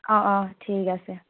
অ অ ঠিক আছে